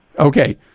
Okay